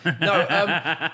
No